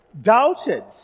doubted